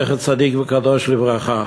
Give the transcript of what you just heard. זכר צדיק וקדוש לברכה.